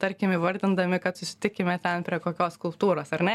tarkim įvardindami kad susitikime ten prie kokios kultūros ar ne